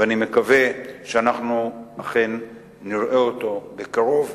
ואני מקווה שאנחנו אכן נראה אותו בקרוב.